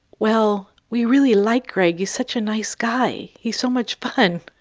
well, we really like greg. he's such a nice guy, he's so much fun!